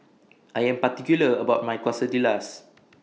I Am particular about My Quesadillas